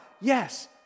yes